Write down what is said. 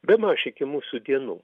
bemaž iki mūsų dienų